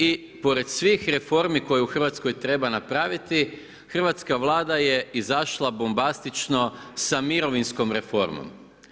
I pored svih reformi koje u Hrvatskoj treba napraviti hrvatska Vlada je izašla bombastično sa mirovinskom reformom.